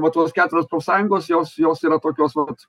va tos keturios profsąjungos jos jos yra tokios vat